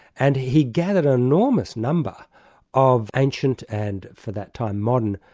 and he gathered an enormous number of ancient, and for that time modern,